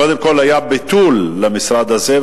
קודם כול היה ביטול של המשרד הזה,